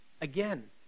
Again